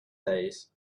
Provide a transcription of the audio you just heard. days